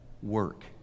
work